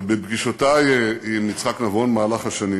ובפגישותי עם יצחק נבון במהלך השנים